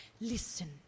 Listen